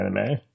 anime